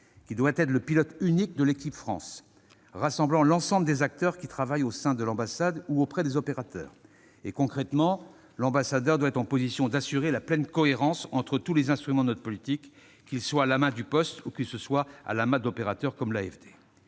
qui doit être le pilote unique de l'équipe France, rassemblant l'ensemble des acteurs qui travaillent au sein de l'ambassade ou auprès des opérateurs. Très bien ! Concrètement, l'ambassadeur doit être en position d'assurer la pleine cohérence entre tous les instruments de notre politique, qu'ils soient à la main du poste ou d'opérateurs comme l'AFD.